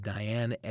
Diane